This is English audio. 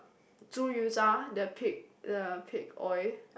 猪油渣 the pig the pig oil